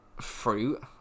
fruit